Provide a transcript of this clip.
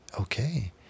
okay